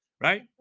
right